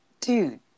Dude